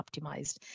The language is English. optimized